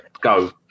Go